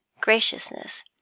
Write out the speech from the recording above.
graciousness